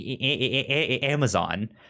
Amazon